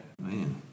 Man